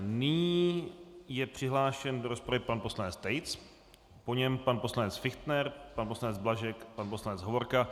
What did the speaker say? Nyní je přihlášen do rozpravy pan poslanec Tejc, po něm pan poslanec Fichtner, pan poslanec Blažek, pan poslanec Hovorka.